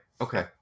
Okay